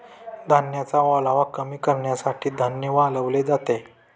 धान्याचा ओलावा कमी करण्यासाठी धान्य वाळवले जाते